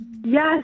Yes